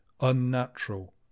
unnatural